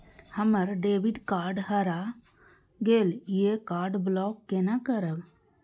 हमर debit card हरा गेल ये कार्ड ब्लॉक केना करब?